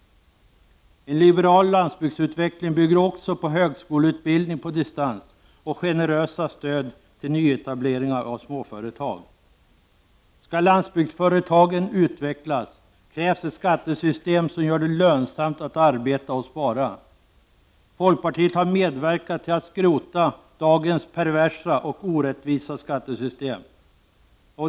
En liberal landsbygdsutveckling bygger också på högskoleutbildning på distans och generösa stöd till nyetableringar av småföretag. Skall landsbygdsföretagen utvecklas krävs ett skattesystem som gör det lönsamt att arbeta och spara. Folkpartiet har medverkat till att skrota dagens perversa och orättvisa skattesystem.